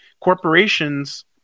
Corporations